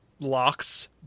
locks